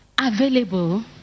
available